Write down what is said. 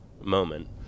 moment